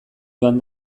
joan